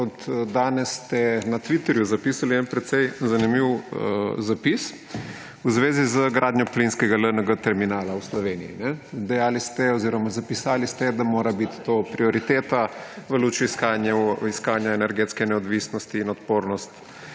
od danes ste na Twitterju zapisali en precej zanimiv zapis v zvezi z gradnjo plinskega terminala LNG v Sloveniji. Zapisali ste, da mora biti to prioriteta v luči iskanja energetske neodvisnosti in odpornosti